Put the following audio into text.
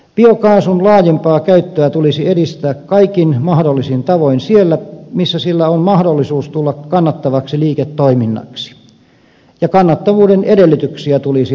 biokaasun laajempaa käyttöä tulisi edistää kaikin mahdollisin tavoin siellä missä sillä on mahdollisuus tulla kannattavaksi liiketoiminnaksi ja kannattavuuden edellytyksiä tulisi vauhdittaa